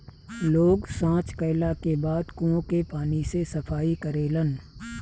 लोग सॉच कैला के बाद कुओं के पानी से सफाई करेलन